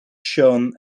shown